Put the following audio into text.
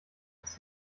als